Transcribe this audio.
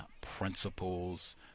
principles